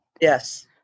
Yes